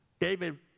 David